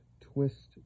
twist